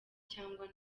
cyangwa